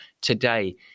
today